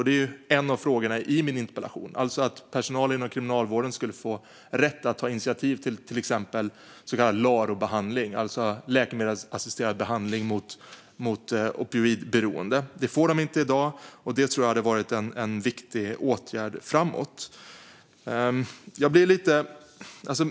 Det är en av frågorna i min interpellation, alltså att personal inom Kriminalvården skulle få rätt att ta initiativ till exempelvis så kallad LARO-behandling, alltså läkemedelsassisterad behandling mot opioidberoende. Det får de inte i dag, men jag tror att det är en viktig åtgärd framöver.